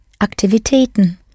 Aktivitäten